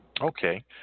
Okay